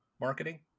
marketing